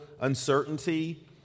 uncertainty